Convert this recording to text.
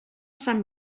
sant